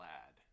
Lad